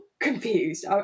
confused